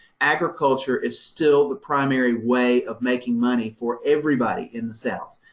agriculture is still the primary way of making money for everybody in the south.